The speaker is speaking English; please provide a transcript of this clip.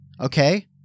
Okay